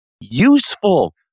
useful